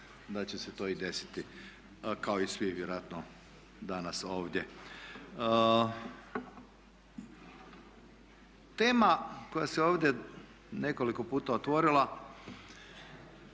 da će se to i desiti kao i svi vjerojatno danas ovdje. Tema koja se ovdje nekoliko puta otvorila